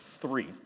three